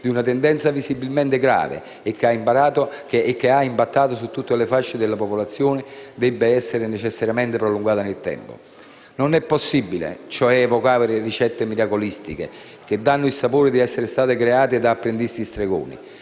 di una tendenza visibilmente grave e che ha impattato su tutte le fasce della popolazione debba essere necessariamente prolungato nel tempo. Non è possibile, cioè, evocare ricette miracolistiche che hanno il sapore di essere state create da apprendisti stregoni.